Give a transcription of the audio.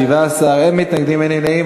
17, אין מתנגדים, אין נמנעים.